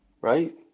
right